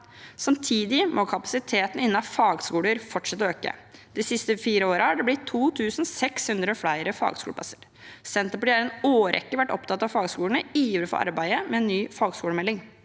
Samtidig må kapasiteten innen fagskoler fortsette å øke. De fire siste årene har det blitt 2 600 flere fagskoleplasser. Senterpartiet har i en årrekke vært opptatt av fagskolene og ivrer for arbeidet med ny fagskolemelding.